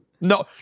No